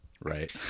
Right